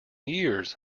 years